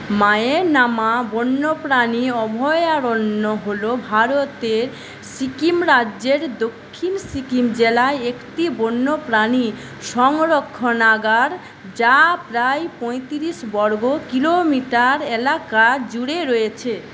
মায়েনামা বন্যপ্রাণী অভয়ারণ্য হলো ভারতের সিকিম রাজ্যের দক্ষিণ সিকিম জেলায় একটি বন্যপ্রাণী সংরক্ষণাগার যা প্রায় পঁয়ত্রিশ বর্গ কিলোমিটার এলাকা জুড়ে রয়েছে